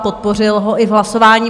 Podpořil ho i v hlasování.